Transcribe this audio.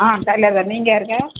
ஆ டெய்லர்தான் நீங்கள் யாருங்க